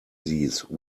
these